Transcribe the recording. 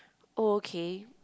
oh okay